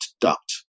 duct